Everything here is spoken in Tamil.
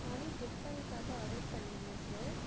மார்னிங் டிஃபனுக்காக ஆடர் பண்ணிருந்தேன் சார்